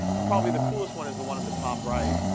but probably the coolest one is the one in the top right.